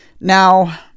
Now